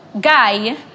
guy